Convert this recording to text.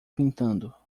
pintando